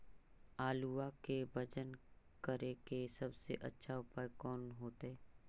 आलुआ के वजन करेके सबसे अच्छा उपाय कौन होतई?